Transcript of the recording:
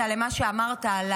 אני לא יודעת אם הקשבת למה שאמרתי,